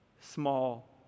small